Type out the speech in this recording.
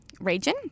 region